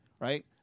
Right